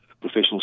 professional